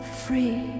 free